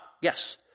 Yes